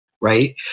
right